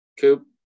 Coop